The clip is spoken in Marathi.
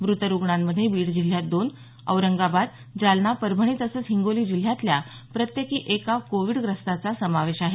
मृत रुग्णांमध्ये बीड जिल्ह्यात दोन तर औरंगाबाद जालना परभणी तसंच हिंगोली जिल्ह्यातल्या प्रत्येकी एका कोविडग्रस्ताचा समावेश आहे